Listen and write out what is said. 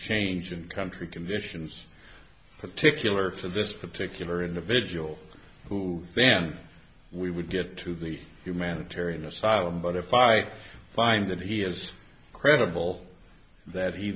change in country conditions particular to this particular individual who then we would get to the humanitarian asylum but if i find that he is credible that he